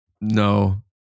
No